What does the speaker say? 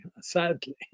sadly